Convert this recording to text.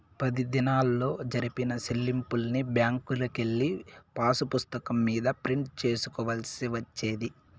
పది దినాల్లో జరిపిన సెల్లింపుల్ని బ్యాంకుకెళ్ళి పాసుపుస్తకం మీద ప్రింట్ సేసుకోవాల్సి వచ్చేది